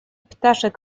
ptaszek